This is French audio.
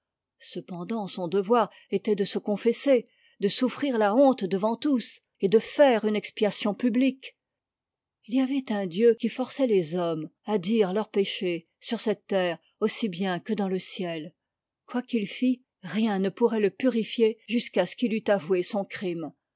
cependant son devoir était de se confesser de souffrir la honte devant tous et de faire une expiation publique il y avait un dieu qui forçait les hommes à dire leurs péchés sur cette terre aussi bien que dans le ciel quoi qu'il fit rien ne pourrait le purifier jusqu'à ce qu'il eût avoué son crime